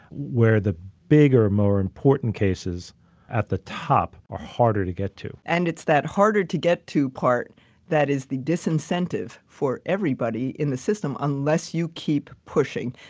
where the bigger, more important cases at the top are harder to get. and it's that harder to get to part that is the disincentive for everybody in the system unless you keep pushing.